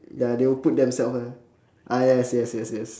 ya they will put themself ah ah yes yes yes